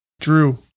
Drew